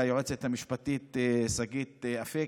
ליועצת המשפטית שגית אפק,